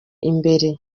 imbere